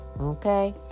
Okay